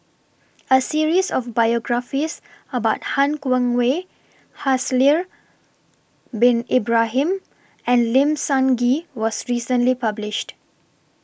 A series of biographies about Han Guangwei Haslir Bin Ibrahim and Lim Sun Gee was recently published